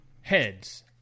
Heads